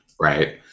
Right